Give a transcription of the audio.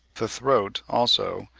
the throat, also,